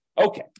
Okay